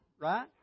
Right